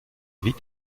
vit